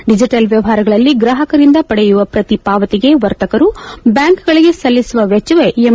digital ವ್ಲವಹಾರಗಳಲ್ಲಿ ಗ್ರಾಹಕರಿಂದ ಪಡೆಯುವ ಪ್ರತಿ ಪಾವತಿಗೆ ವರ್ತಕರು ಬ್ಲಾಂಕ್ಗಳಿಗೆ ಸಲ್ಲಿಸುವ ವೆಚ್ಚವೇ ಎಂ